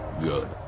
good